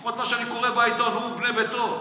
לפחות ממה שאני קורא בעיתון, הוא ובני ביתו.